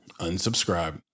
unsubscribe